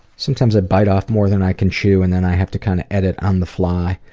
sometimes i bite off more than i can chew and then i have to kind of edit on the fly.